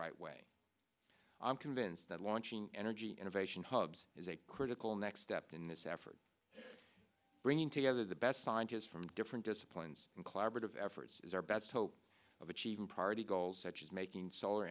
right way i'm convinced that launching energy innovation hubs is a critical next step in this effort bringing together the best scientists from different disciplines and collaborative efforts is our best hope of achieving priority goals such as making solar